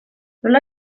nola